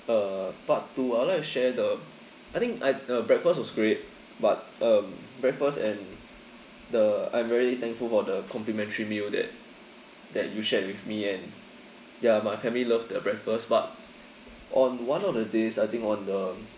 uh part two I would like to share the I think I uh breakfast was great but um breakfast and the I'm really thankful for the complimentary meal that that you shared with me and ya my family loved the breakfast but on one of the days I think on the